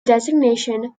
designation